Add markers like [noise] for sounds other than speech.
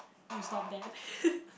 you stop that [laughs]